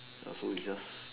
ya so is just